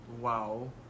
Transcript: wow